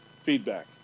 feedback